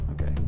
Okay